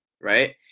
right